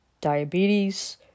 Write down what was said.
diabetes